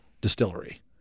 Distillery